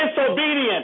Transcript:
disobedient